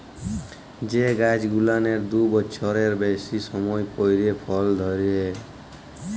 যে গাইছ গুলানের দু বচ্ছরের বেইসি সময় পইরে ফল ধইরে